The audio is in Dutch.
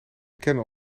kennen